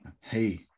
Hey